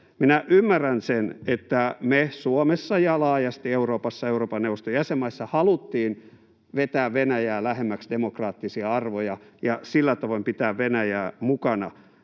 Minä ymmärrän sen, että me Suomessa ja laajasti Euroopassa, Euroopan neuvoston jäsenmaissa, haluttiin vetää Venäjää lähemmäksi demokraattisia arvoja ja sillä tavoin pitää Venäjää mukana